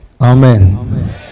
Amen